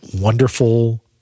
wonderful